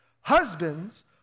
Husbands